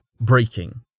breaking